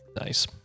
nice